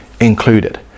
included